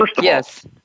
yes